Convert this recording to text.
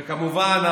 וכמובן,